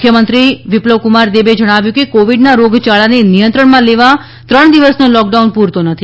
મુખ્યમંત્રી વિપ્લવકુમાર દેબે જણાવ્યું હતું કે કોવિડના રોગયાળાને નિયંત્રણમાં લેવા ત્રણ દિવસનો લોકડાઉન પૂરતો નથી